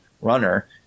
runner